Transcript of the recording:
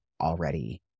already